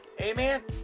Amen